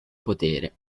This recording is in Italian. potere